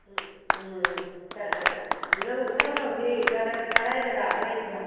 ꯎꯝ ꯅꯪ ꯅꯪ ꯍꯧꯖꯤꯛ ꯀꯗꯥꯏ ꯖꯒꯥꯗ ꯂꯩꯔꯤꯕ